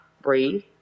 breathe